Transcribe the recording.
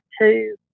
two